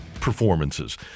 performances